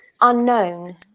unknown